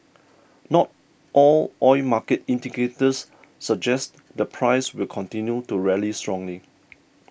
not all oil market indicators suggest the price will continue to rally strongly